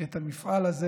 את המפעל הזה.